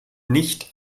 nicht